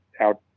out